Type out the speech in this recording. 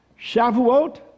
Shavuot